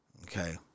Okay